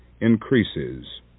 increases